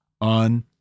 on